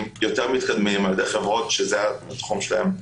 יותר מתקדמים ע"י חברות שזה התחום שלהן,